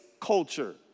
culture